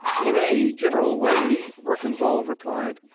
in a general way, verkan vall replied.